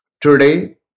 today